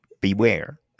beware